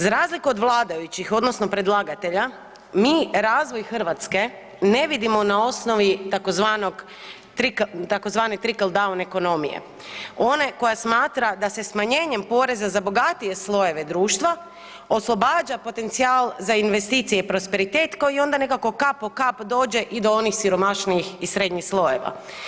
Za razliku od vladajućih odnosno predlagatelja mi razvoj Hrvatske ne vidimo na osnovi tzv. tickle-down ekonomije one koja smatra da se smanjenjem poreza na bogatije slojeve društva oslobađa potencijal za investicije i prosperitet koji onda nekako kap po kap dođe i do onih siromašnijih i srednjih slojeva.